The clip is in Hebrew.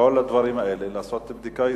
בכל הדברים האלה לעשות בדיקה יסודית,